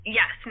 Yes